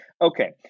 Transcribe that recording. Okay